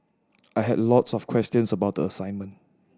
I had a lot of questions about the assignment